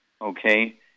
okay